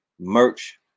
merch